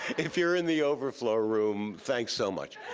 if you're in the overflow room, thanks so much.